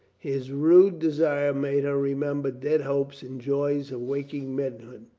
his rude desire made her remember dead hopes and joys of waking maidenhood.